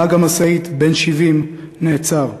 נהג המשאית, בן 70, נעצר.